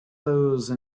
those